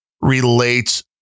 relates